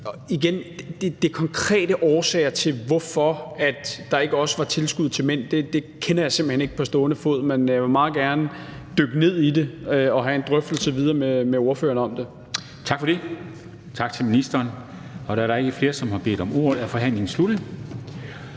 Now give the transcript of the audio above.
Igen: De konkrete årsager til, hvorfor der ikke også var tilskud til mænd, kender jeg simpelt hen ikke på stående fod, men jeg vil meget gerne dykke ned i det og have en videre drøftelse med ordføreren om det. Kl. 11:28 Formanden (Henrik Dam Kristensen): Tak til ministeren. Da der ikke er flere, som har bedt om ordet, er forhandlingen sluttet.